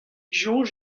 soñj